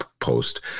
post